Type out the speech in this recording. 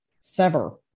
sever